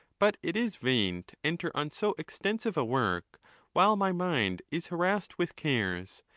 but it is vain to enter on so extensive a work while my mind is harassed with cares,